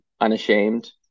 unashamed